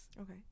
Okay